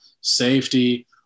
safety